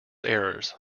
errors